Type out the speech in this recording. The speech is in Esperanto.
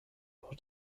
por